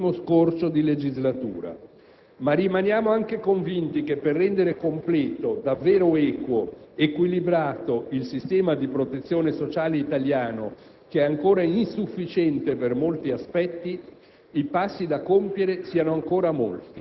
Riteniamo di avere conseguito risultati importanti in questo primo scorcio di legislatura, ma rimaniamo anche convinti che per rendere completo, davvero equo, equilibrato il sistema di protezione sociale italiano,